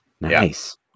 Nice